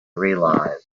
realized